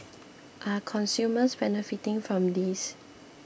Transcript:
are consumers benefiting from this